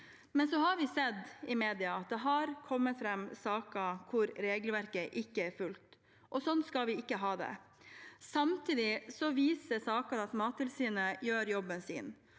Likevel har vi sett i mediene at det har kommet fram saker hvor regelverket ikke er fulgt. Sånn skal vi ikke ha det. Samtidig viser disse sakene at Mattilsynet gjør jobben sin,